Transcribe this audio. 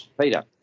Peter